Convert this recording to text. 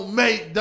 make